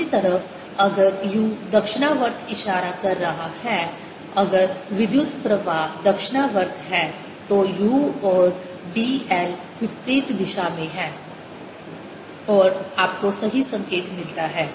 दूसरी तरफ अगर u दक्षिणावर्त इशारा कर रहा है अगर विद्युत प्रवाह दक्षिणावर्त है तो u और d l विपरीत दिशा में हैं और आपको सही संकेत मिलता है